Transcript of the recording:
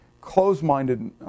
closed-minded